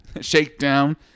Shakedown